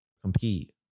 compete